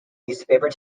newspaper